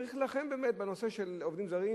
צריך להילחם באמת בנושא של עובדים זרים,